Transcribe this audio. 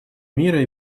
мира